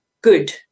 good